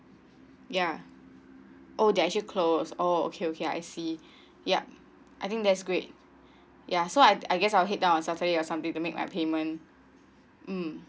ya oh they actually closed oh okay okay I see yup I think that's great ya so I I guess I'll head down on saturday or someday to make my payment mm